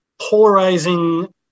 polarizing